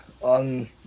on